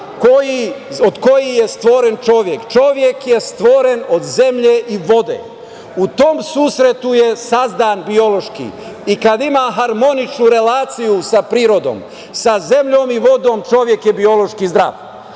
od kojih je stvoren čovek. Čovek je stvoren od zemlje i vode. U tom susretu je sazdan biološki i kada ima harmoničnu relaciju sa prirodom, sa zemljom i vodom, čovek je biološki zdrav.